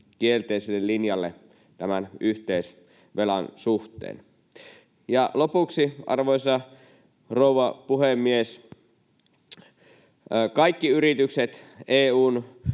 kielteiselle linjalle tämän yhteisvelan suhteen. Ja lopuksi, arvoisa rouva puhemies: Kaikki yritykset EU:n